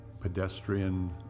pedestrian